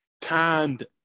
tanned